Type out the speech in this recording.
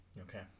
Okay